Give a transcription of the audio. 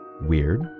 Weird